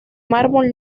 mármol